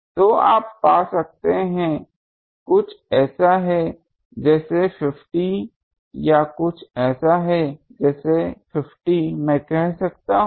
तो आप पा सकते हैं कुछ ऐसा है जैसे 50 या कुछ ऐसा है जैसे 50 मैं कह सकता हूं